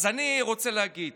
אז אני רוצה להגיד